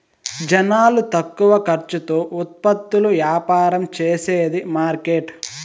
జనాలు తక్కువ ఖర్చుతో ఉత్పత్తులు యాపారం చేసేది మార్కెట్